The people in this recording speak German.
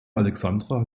alexandra